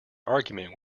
argument